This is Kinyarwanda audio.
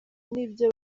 n’ibyo